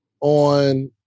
on